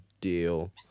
deal